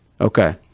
Okay